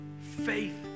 Faith